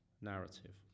narrative